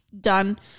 done